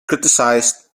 criticized